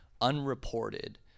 unreported